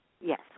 yes